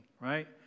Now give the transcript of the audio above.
right